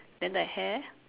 then the hair